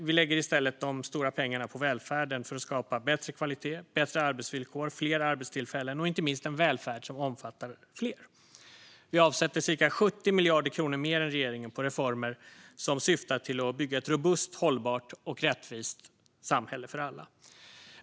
Vi lägger i stället de stora pengarna på välfärden för att skapa bättre kvalitet, bättre arbetsvillkor, fler arbetstillfällen och inte minst en välfärd som omfattar fler. Vi avsätter cirka 70 miljarder kronor mer än regeringen på reformer som syftar till att bygga ett robust, hållbart och rättvist samhälle för alla.